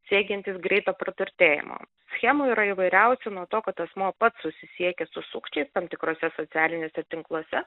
siekiantys greito praturtėjimo schemų yra įvairiausių nuo to kad asmuo pats susisiekia su sukčiais tam tikruose socialiniuose tinkluose